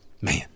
Man